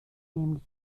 nämlich